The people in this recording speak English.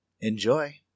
Enjoy